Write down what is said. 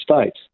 States